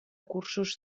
cursos